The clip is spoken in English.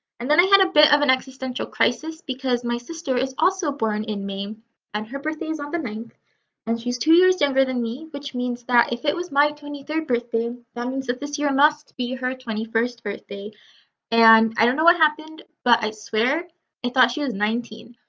and then i had a bit of an existential crisis because my sister is also born in may um and her birthdays on the ninth and she's two years younger than me which means that if it was my twenty third birthday that means if this year must be her twenty first birthday and i don't know what happened but i swear i thought she was nineteen.